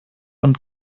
und